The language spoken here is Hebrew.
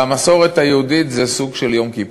במסורת היהודית זה סוג של יום כיפור,